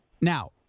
Now